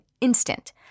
instant